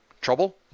trouble